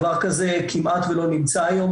דבר כזה כמעט ולא נמצא היום,